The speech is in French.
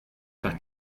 faire